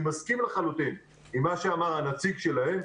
אני מסכים לחלוטין עם מה שאמר הנציג שלהם,